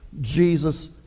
Jesus